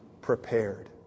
prepared